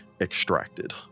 extracted